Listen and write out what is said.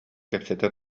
кэпсэтэ